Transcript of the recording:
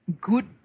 good